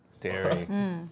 dairy